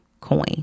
coin